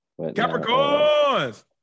Capricorns